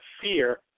fear